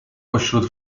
pośród